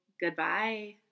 Goodbye